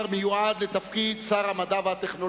בן דוד אהרן ושרה נעמי,